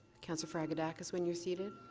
counselor fragedakis, when you are seated?